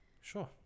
Sure